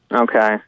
Okay